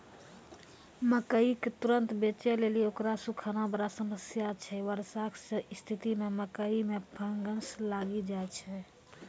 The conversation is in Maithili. मकई के तुरन्त बेचे लेली उकरा सुखाना बड़ा समस्या छैय वर्षा के स्तिथि मे मकई मे फंगस लागि जाय छैय?